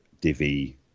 Divi